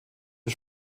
der